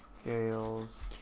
scales